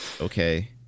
Okay